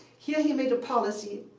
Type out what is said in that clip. here he made a policy,